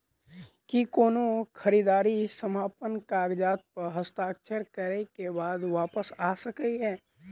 की कोनो खरीददारी समापन कागजात प हस्ताक्षर करे केँ बाद वापस आ सकै है?